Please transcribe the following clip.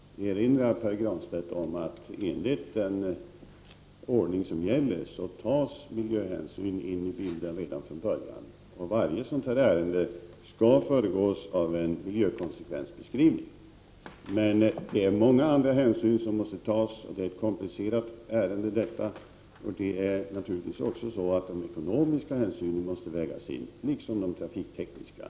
Fru talman! Jag vill bara erinra Pär Granstedt om att enligt den ordning som gäller tas miljöhänsynen med i bilden redan från början. Varje sådant här ärende skall föregås av en miljökonsekvensbeskrivning. Men man måste ta hänsyn till många olika saker. Detta är dessutom ett komplicerat ärende. Naturligtvis måste också de ekonomiska hänsynen vägas in, liksom de trafiktekniska.